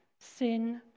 sin